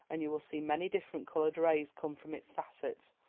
and you will see many different coloured rays come from its facets.